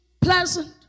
pleasant